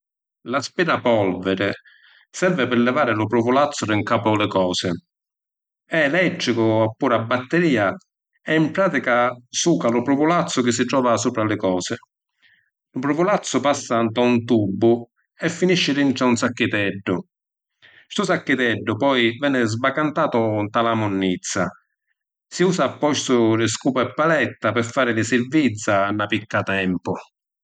L’”aspirapolvere” servi pi livari lu pruvulazzu di ‘ncapu li cosi. E’ elettricu oppuru a batteria e ‘n pratica suca lu pruvulazzu chi si trova supra li cosi. Lu pruvulazzu passa nta un tubu e finisci dintra un sacchiteddu. Stu sacchiteddu poi veni svacantatu nta la munnizza. Si usa a postu di scupa e paletta pi fari li sirvizza nna picca tempu.